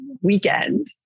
weekend